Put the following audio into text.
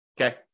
Okay